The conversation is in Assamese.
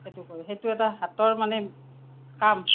সেইটো কৰোঁ সেইটো এটা হাতৰ মানে কাম